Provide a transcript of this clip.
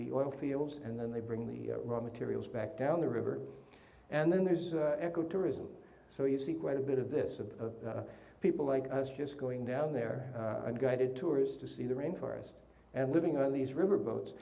the oil fields and then they bring the raw materials back down the river and then there's eco tourism so you see quite a bit of this of the people like us just going down there and guided tourists to see the rain forest and living on these riverboat